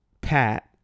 pat